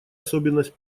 особенность